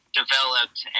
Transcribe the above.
developed